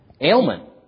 ailment